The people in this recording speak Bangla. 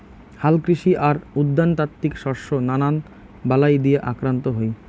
হালকৃষি আর উদ্যানতাত্ত্বিক শস্য নানান বালাই দিয়া আক্রান্ত হই